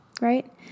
Right